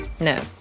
No